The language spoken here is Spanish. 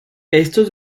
estos